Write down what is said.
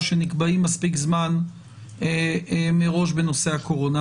שנקבעים מספיק זמן מראש בנושא הקורונה.